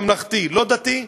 ממלכתי,